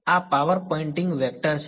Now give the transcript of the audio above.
આ power Poynting vector છે